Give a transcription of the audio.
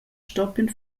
stoppien